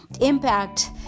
impact